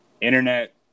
internet